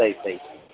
सई सई